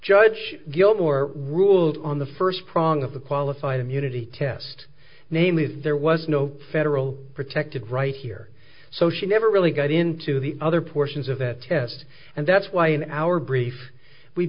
judge gilmore ruled on the first prong of the qualified immunity test namely that there was no federal protective right here so she never really got into the other portions of that test and that's why in our brief we